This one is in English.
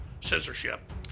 censorship